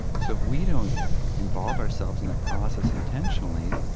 so if we don't involve ourselves in that process intentionally,